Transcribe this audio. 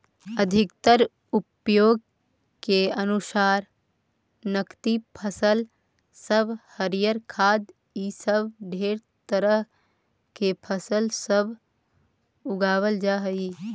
अधिकतर उपयोग के अनुसार नकदी फसल सब हरियर खाद्य इ सब ढेर तरह के फसल सब उगाबल जा हई